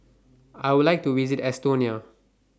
I Would like to visit Estonia